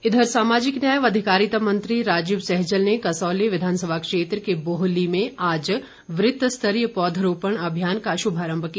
सहजल इधर सामाजिक न्याय व अधिकारिता मंत्री राजीव सहजल ने कसौली विधानसभा क्षेत्र के बोहली में आज वृत्त स्तरीय पौधरोपण अभियान का शुभारम्भ किया